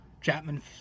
Chapman